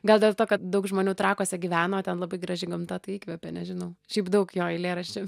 gal dėl to kad daug žmonių trakuose gyveno o ten labai graži gamta tai įkvepia nežinau šiaip daug jo eilėraščių